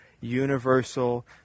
universal